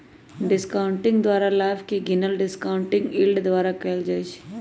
discounting द्वारा लाभ के गिनल डिस्काउंटिंग यील्ड द्वारा कएल जाइ छइ